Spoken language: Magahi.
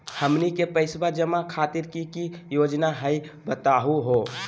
हमनी के पैसवा जमा खातीर की की योजना हई बतहु हो?